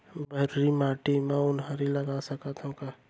भर्री माटी म उनहारी लगा सकथन का?